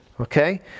okay